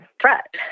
threat